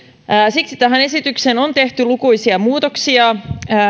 siksi tähän esitykseen on tehty lukuisia muutoksia